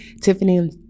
Tiffany